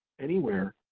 anywhere,